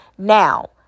Now